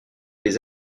les